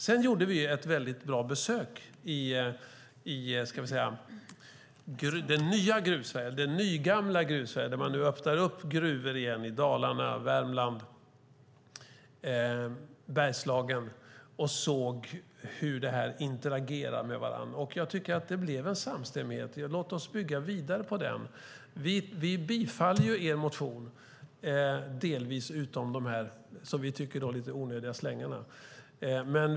Vi gjorde nyligen ett bra besök i det nygamla Gruvsverige där man nu öppnar gruvor igen i Dalarna, Värmland och Bergslagen. Jag tycker att det blev en samstämmighet då. Låt oss bygga vidare på den! Vi tillstyrker er motion, delvis, utom de här, som vi tycker, lite onödiga slängarna.